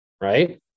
right